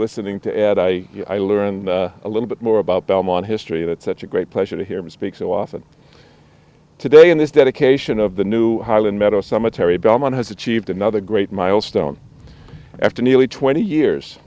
listening to you i learned a little bit more about belmont history and it's such a great pleasure to hear him speak so often today in this dedication of the new highland metro cemetery belmont has achieved another great milestone after nearly twenty years